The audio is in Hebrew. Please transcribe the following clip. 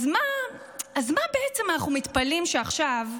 אז מה בעצם אנחנו מתפלאים שעכשיו,